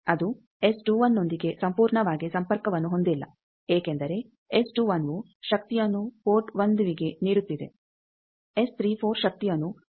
ಅದು ನೊಂದಿಗೆ ಸಂಪೂರ್ಣವಾಗಿ ಸಂಪರ್ಕವನ್ನು ಹೊಂದಿಲ್ಲ ಏಕೆಂದರೆ ವು ಶಕ್ತಿಯನ್ನು ಪೋರ್ಟ್1ವಿಗೆ ನೀಡುತ್ತಿದೆ ಶಕ್ತಿಯನ್ನು ಪೋರ್ಟ್ 4ಗೆ ನೀಡುತ್ತಿದೆ